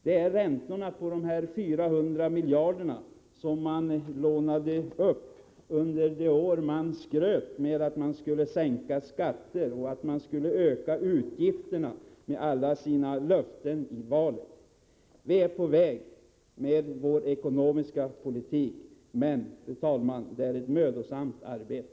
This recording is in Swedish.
Det är räntorna på de 400 miljarder som man lånade upp under de år man skröt med att man, enligt alla sina löften i valet, skulle sänka skatter och minska utgifterna. Vi är på rätt väg med vår ekonomiska politik, men, fru talman, det är ett mödosamt arbete.